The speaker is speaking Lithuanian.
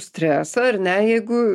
stresą ar ne jeigu